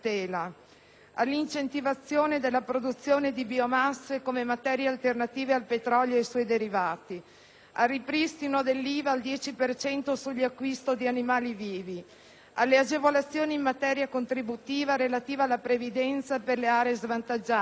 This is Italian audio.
all'incentivazione della produzione di biomasse come materie alternative al petrolio ed ai suoi derivati, al ripristino dell'IVA al 10 per cento sull'acquisto di animali vivi, alle agevolazioni in materia contributiva relativa alla previdenza per le aree svantaggiate,